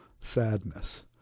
sadness